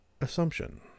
assumption